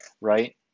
right